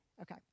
Okay